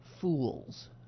fools